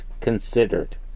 considered